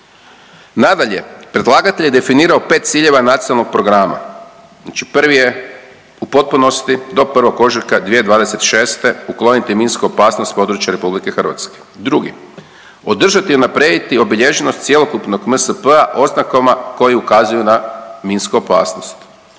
Nadalje, predlagatelj je definirao 5 ciljeva nacionalnog programa, znači prvi je u potpunosti do 1. ožujka 2026. ukloniti minsku opasnost s područja RH. Drugi, održati i unaprijediti obilježenost cjelokupnog MSP-a oznakama koje ukazuju na minsku opasnost.